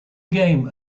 game